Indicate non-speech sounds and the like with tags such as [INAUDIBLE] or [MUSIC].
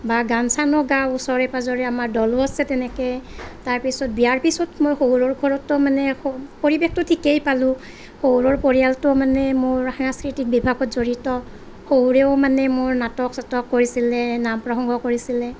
বা গান চানো গাওঁ ওচৰে পাজৰে আমাৰ দলো আছে তেনেকে তাৰপিছত বিয়াৰ পিছত মই শহুৰৰ ঘৰতো মানে [UNINTELLIGIBLE] পৰিৱেশটো ঠিকেই পালোঁ শহুৰৰ পৰিয়ালটোও মানে মোৰ সাংস্কৃতিক বিভাগত জড়িত শহুৰেও মানে মোৰ নাটক চাটক কৰিছিলে নাম প্ৰসংগ কৰিছিলে